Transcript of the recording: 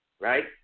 right